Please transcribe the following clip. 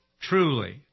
truly